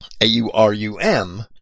a-u-r-u-m